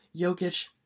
Jokic